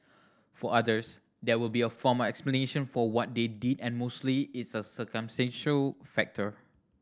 for others there will be a form explanation for what they did and mostly it's a circumstantial factor